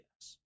yes